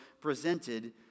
presented